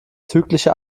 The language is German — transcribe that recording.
zyklische